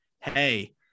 Hey